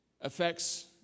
affects